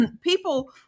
people